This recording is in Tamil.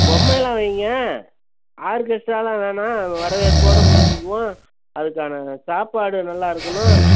பொம்மைலாம் வைங்க ஆர்கெஸ்ட்டாலாம் வேணாம் வரவேற்போட முடிச்சு க்குவோம் அதுக்கான சாப்பாடு நல்லாயிருக்கணும்